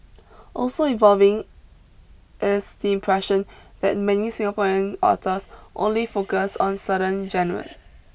also evolving is the impression that many Singapore and authors only focus on certain genres